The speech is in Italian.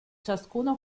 ciascuno